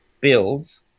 builds